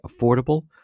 Affordable